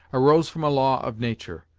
arose from a law of nature.